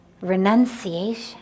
renunciation